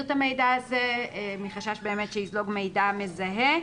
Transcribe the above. את המידע הזה מחשש שיזלוג מידע מזהה.